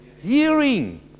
hearing